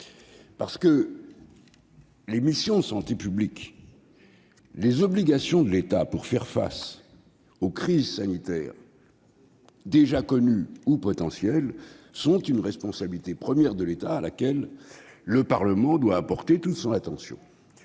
effet, les missions de santé, c'est-à-dire les obligations de l'État pour faire face aux crises sanitaires, déjà connues ou potentielles, sont une responsabilité première de l'État, à laquelle le Parlement doit apporter toute son attention.